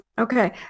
Okay